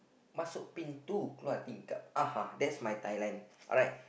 masuk pintu keluar tingkap uh that's my Thailand alright